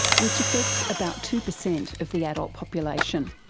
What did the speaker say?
which affects about two percent of the adult population.